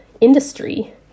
industry